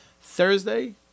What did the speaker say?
Thursday